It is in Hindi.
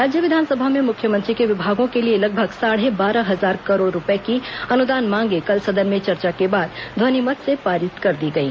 राज्य विधानसभा में मुख्यमंत्री के विभागों के लिए लगभग साढ़े बारह हजार करोड़ रूपए की अनुदान मांगें कल सदन में चर्चा के बाद ध्वनिमत से पारित कर दी गई